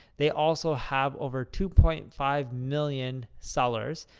they also have over two point five million sellers.